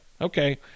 Okay